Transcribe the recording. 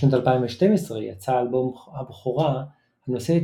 בשנת 2012 יצא אלבום הבכורה הנושא את